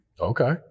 Okay